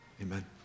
amen